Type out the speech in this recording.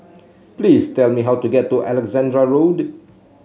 please tell me how to get to Alexandra Road